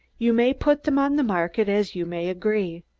you may put them on the market as you may agree,